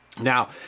Now